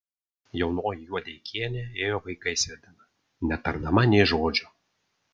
jaunoji juodeikienė ėjo vaikais vedina netardama nė žodžio